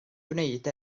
gwneud